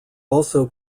also